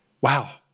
Wow